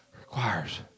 requires